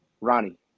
Ronnie